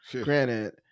Granted